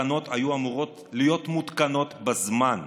התקנות היו אמורות להיות מותקנות בזמן.